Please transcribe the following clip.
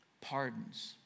pardons